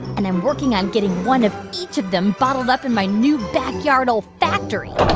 and i'm working on getting one of each of them bottled up in my new backyard olfactory